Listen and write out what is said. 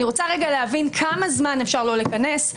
אני רוצה רגע להבין כמה זמן אפשר לא לכנס,